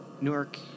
Newark